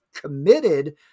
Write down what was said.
committed